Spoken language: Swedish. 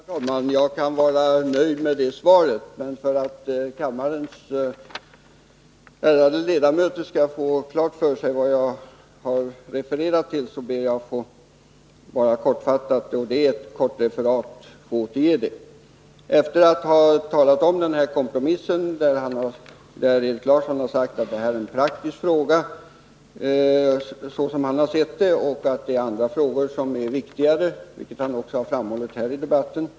Herr talman! Jag kan vara nöjd med det svaret. Men för att kammarens ärade ledamöter skall få klart för sig vad jag har refererat till, ber jag att kortfattat få återge det — och det är hämtat ur ett kort referat. Erik Larsson talar först om den här kompromissen och säger att detta är en praktisk fråga, såsom han har sett det, och att det är andra frågor som är viktigare — vilket han också har framhållit här i debatten.